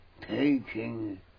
taking